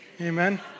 amen